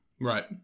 Right